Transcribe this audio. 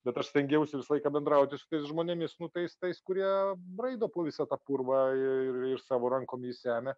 bet aš stengiausi visą laiką bendrauti su tais žmonėmis nu tais tais kurie braido po visą tą purvą ir ir savo rankom jį semia